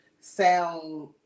sound